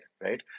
right